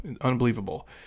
unbelievable